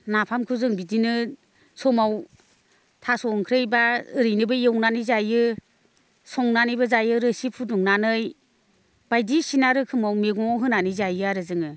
नाफामखौ जों बिदिनो समाव थास' ओंख्रै बा ओरैनोबो एवनानै जायो संनानैबो जायो रोसि फुदुंनानै बायदिसिना रोखोमाव मेगङाव होनानै जायो आरो जोङो